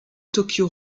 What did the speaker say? tokyo